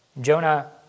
Jonah